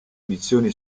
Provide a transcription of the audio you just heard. edizioni